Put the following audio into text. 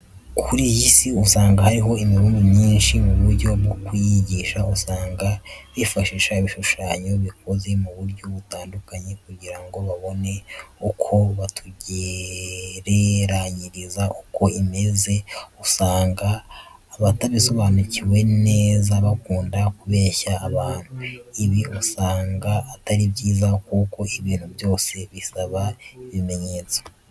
Kuri iyi si usanga hariho imibumbe myinshi, mu buryo bwo kuyigisha usanga bifashisha ibishushanyo bikoze mu buryo butandukanye kugira ngo babone uko batugereranyiriza uko imeze, usanga abatabisobanukiwe neza bakunda kubeshya abantu, ibi usanga atari byiza kuko ibintu byose bisaba ibimenyetso.